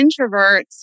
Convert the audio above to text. introverts